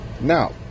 Now